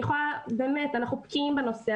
באמת, אנחנו בקיאים בנושא.